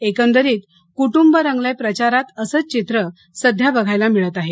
एकंदरीत कुटुंब रगलाय प्रचारात असंच चित्र सध्या बघायला मिळत आहे